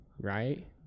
Right